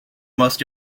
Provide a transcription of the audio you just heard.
most